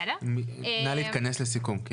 נא להתכנס לסיכום.